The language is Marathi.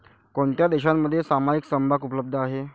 कोणत्या देशांमध्ये सामायिक समभाग उपलब्ध आहेत?